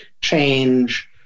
change